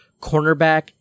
cornerback